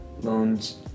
loans